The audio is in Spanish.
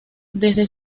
desde